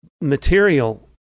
material